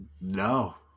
No